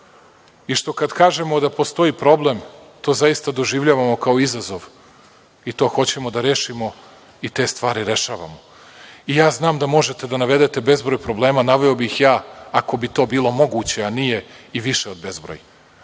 i što, kad kažemo da postoji problem, to zaista doživljavamo kao izazov i to hoćemo da rešimo i te stvari rešavamo. Ja znam da možete da navedete bezbroj problema, naveo bih ja ako bi to bilo moguće, a nije, i više od bezbroj,